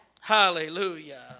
Hallelujah